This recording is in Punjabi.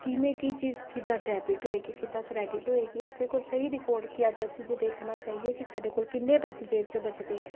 ਕਿਵੇਂ ਕੀ ਚੀਜ਼ ਕਿੱਦਾਂ ਡੈਬਿਟ ਹੋਏਗੀ ਕਿੱਦਾਂ ਕ੍ਰੈਡਿਟ ਹੋਏਗੀ ਆਪਣੇ ਕੋਲ ਸਹੀ ਰਿਕੋਰਡ ਕਿ ਅਸੀਂ ਜੇ ਦੇਖਣਾ ਚਾਹੀਏ ਕਿ ਸਾਡੇ ਕੋਲ ਕਿੰਨੇ ਪੈਸੇ ਜੇਬ੍ਹ 'ਚ ਬਚਦੇ ਹੈ